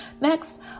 next